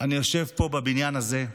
אני יושב פה בבניין הזה,